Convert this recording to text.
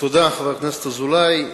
תודה, חבר הכנסת אזולאי.